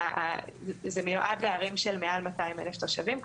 זה מיועד לערים של מעל 200,000 תושבים,